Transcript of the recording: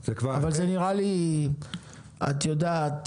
את יודעת,